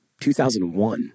2001